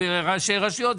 וראשי רשויות.